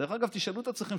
תשאלו את עצמכם,